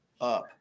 up